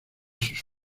sus